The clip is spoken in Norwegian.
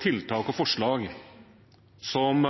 tiltak og forslag som